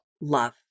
love